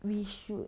we should